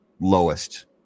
lowest